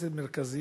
בית-כנסת מרכזי